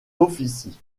officie